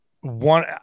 one –